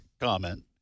comment